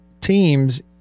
teams